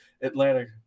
Atlantic